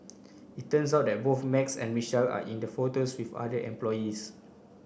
it turns out that both Max and Michelle are in the photos with other employees